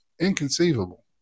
inconceivable